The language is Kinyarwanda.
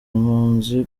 impunzi